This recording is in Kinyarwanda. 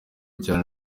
cyane